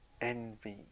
Envy